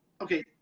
okay